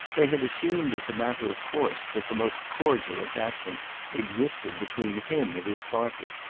they had assumed as a matter of course that the most cordial attachment existed between him and his party.